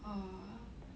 err